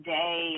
day